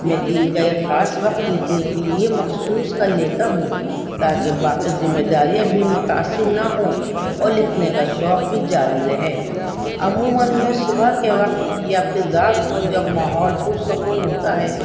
میں دین کا ایک خاص وقت لکھنے کے لیے مخصوص کر لیتا ہوں تاکہ باقی ذمہ داریاں بھی متاثر نہ ہوں اور لکھنے کا شوق بھی جاری رہے عموماً میں صبح کے وقت یا پھر رات کو جب ماحول پرسکون ہوتا ہے